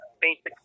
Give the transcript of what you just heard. basic